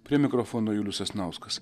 prie mikrofono julius sasnauskas